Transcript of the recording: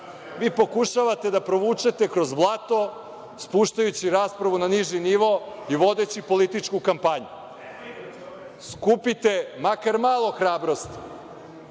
vi pokušavate da provučete kroz blato, spuštajući raspravu na niži nivo i vodeći političku kampanju. Skupite makar malo hrabrosti